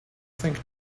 think